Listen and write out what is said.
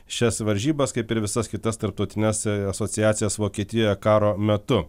šias varžybas kaip ir visas kitas tarptautines asociacijas vokietijoje karo metu